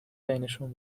بینشون